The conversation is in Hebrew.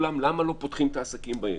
למה לא פותחים את העסקים בעיר?